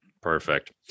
Perfect